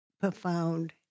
profound